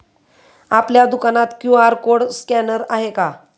आपल्या दुकानात QR code scanner आहे का?